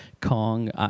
Kong